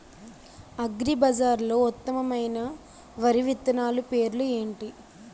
అగ్రిబజార్లో ఉత్తమమైన వరి విత్తనాలు పేర్లు ఏంటి?